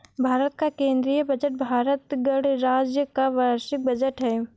भारत का केंद्रीय बजट भारत गणराज्य का वार्षिक बजट है